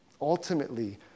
ultimately